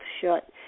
shut